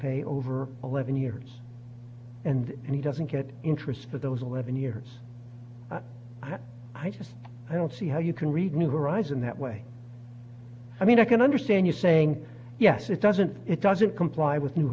pay over eleven years and he doesn't get interest for those eleven years i just i don't see how you can read a new horizon that way i mean i can understand you saying yes it doesn't it doesn't comply with new